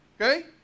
Okay